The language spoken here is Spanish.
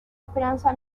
esperanza